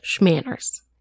Manners